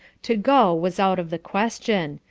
to go, was out of the question.